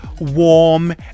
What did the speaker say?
warm